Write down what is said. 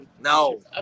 No